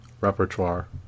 repertoire